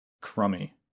Crummy